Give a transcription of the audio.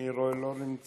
אני רואה שהוא לא נמצא,